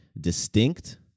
distinct